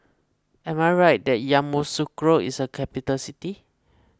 am I right that Yamoussoukro is a capital city